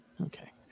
okay